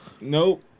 Nope